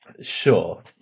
Sure